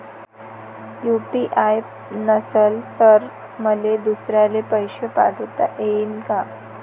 UPI नसल तर मले दुसऱ्याले पैसे पाठोता येईन का?